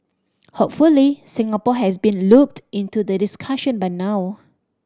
hopefully Singapore has been looped into the discussion by now